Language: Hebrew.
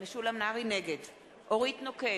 נגד אורית נוקד,